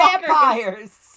vampires